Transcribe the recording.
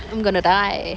I'm gonna die